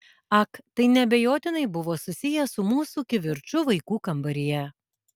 ak tai neabejotinai buvo susiję su mūsų kivirču vaikų kambaryje